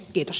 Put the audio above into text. kiitos